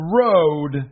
road